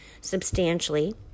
substantially